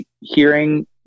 hearing